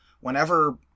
whenever